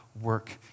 work